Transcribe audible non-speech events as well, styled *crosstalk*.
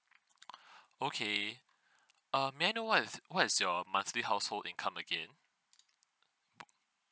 *breath* okay um may I know what is what is your monthly household income again